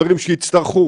לפחות.